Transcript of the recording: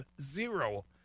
zero